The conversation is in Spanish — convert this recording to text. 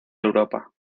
europa